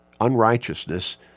unrighteousness